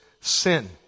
sin